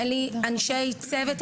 אין לי אנשי צוות,